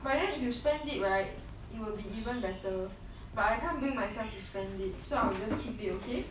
but then if you spend it right it will be even better but I can't bring myself to spend it so I'll just keep it okay